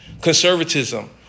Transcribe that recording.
Conservatism